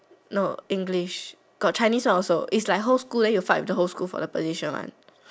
no English got Chinese one also is like whole school then you fight with the whole school for the position one